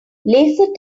laser